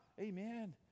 Amen